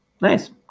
Nice